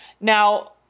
Now